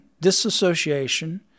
disassociation